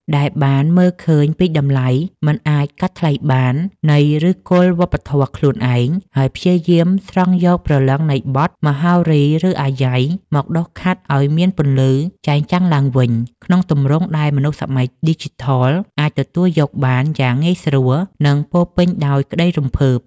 ដែលបានមើលឃើញពីតម្លៃមិនអាចកាត់ថ្លៃបាននៃឫសគល់វប្បធម៌ខ្លួនឯង ហើយព្យាយាមស្រង់យកព្រលឹងនៃបទ មហោរី ឬអាយ៉ៃ មកដុសខាត់ឱ្យមានពន្លឺចែងចាំងឡើងវិញ ក្នុងទម្រង់ដែលមនុស្សសម័យឌីជីថលអាចទទួលយកបានយ៉ាងងាយស្រួល និងពោរពេញដោយក្តីរំភើប។